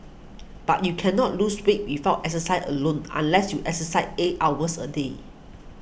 but you cannot lose weight without exercise alone unless you exercise eight hours a day